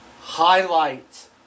highlight